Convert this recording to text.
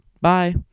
bye